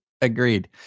Agreed